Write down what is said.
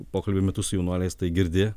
pokalbių metu su jaunuoliais tai girdi